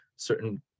certain